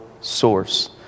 source